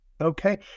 Okay